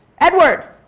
Edward